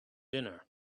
dinner